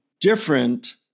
different